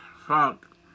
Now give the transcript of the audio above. fuck